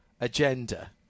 agenda